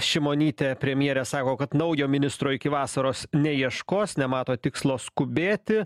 šimonytė premjerė sako kad naujo ministro iki vasaros neieškos nemato tikslo skubėti